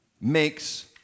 makes